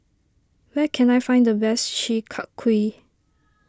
where can I find the best Chi Kak Kuih